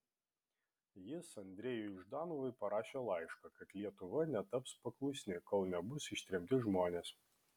jis andrejui ždanovui parašė laišką kad lietuva netaps paklusni kol nebus ištremti žmonės